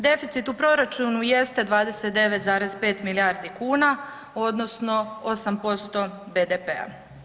Deficit u proračunu jeste 29,5 milijardi kuna odnosno 8% BDP-a.